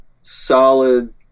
solid